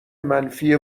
منفی